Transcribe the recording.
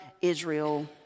Israel